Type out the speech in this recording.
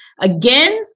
Again